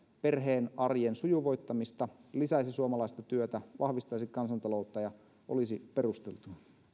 perheen arjen sujuvoittamista lisäisi suomalaista työtä vahvistaisi kansantaloutta ja olisi perusteltua